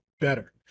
better